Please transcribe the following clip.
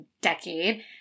decade